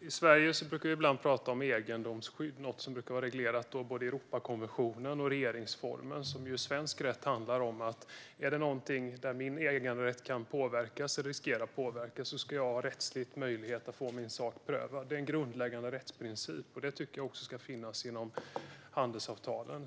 I Sverige brukar vi ibland prata om egendomsskydd, något som är reglerat både i Europakonventionen och regeringsformen. Svensk rätt innebär ju att om det finns någonting där min egendom kan påverkas eller riskerar att påverkas så ska jag ha rättslig möjlighet att få min sak prövad. Det är en grundläggande rättsprincip, och det tycker jag också ska finnas inom handelsavtalen.